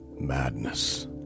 madness